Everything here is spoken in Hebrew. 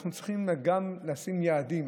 אנחנו צריכים גם לשים יעדים.